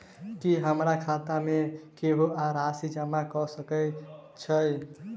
की हमरा खाता मे केहू आ राशि जमा कऽ सकय छई?